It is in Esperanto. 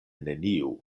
neniu